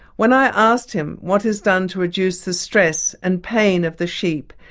when i asked him what is done to reduce the stress and pain of the sheep,